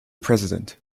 president